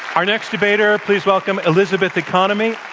our next debater, please welcome elizabeth economy.